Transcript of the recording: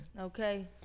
Okay